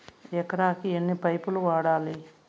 ఎకరాకి ఎన్ని పైపులు వాడాలి?